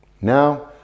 Now